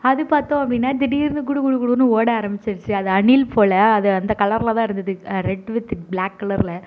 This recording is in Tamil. அது பார்த்தோம் அப்படின்னா திடீர்னு குடு குடு குடுன்னு ஓட ஆரம்பிச்சிடிச்சு அது அணில் போல அந்த கலரில்தான் இருந்தது ரெட் வித் பிளாக் கலரில்